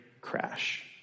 crash